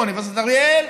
אוניברסיטת אריאל,